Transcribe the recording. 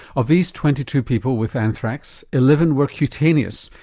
of these twenty two people with anthrax eleven were cutaneous,